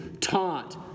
taunt